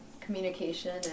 communication